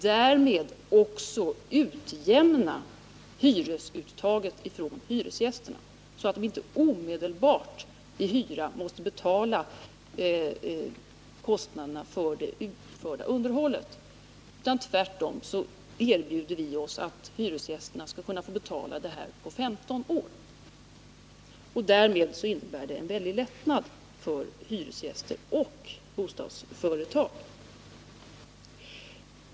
Syftet var också att utjämna hyresuttaget från hyresgästerna, så att de inte omedelbart skulle bli tvungna att i hyra betala kostnaderna för det utförda underhållet. Därför erbjöd vi hyresgästerna att betala detta på 15 år. Det innebar en mycket stor lättnad för hyresgäster och bostadsföretag.